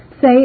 Say